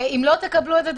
אם לא תקבלו את זה,